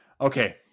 Okay